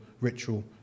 ritual